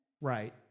Right